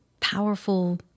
powerful